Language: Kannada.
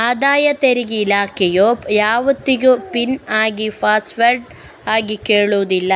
ಆದಾಯ ತೆರಿಗೆ ಇಲಾಖೆಯು ಯಾವತ್ತಿಗೂ ಪಿನ್ ಆಗ್ಲಿ ಪಾಸ್ವರ್ಡ್ ಆಗ್ಲಿ ಕೇಳುದಿಲ್ಲ